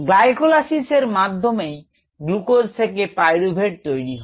glycolysis এর মাধ্যমেই glucose থেকে পাইরুভেট তৈরি হয়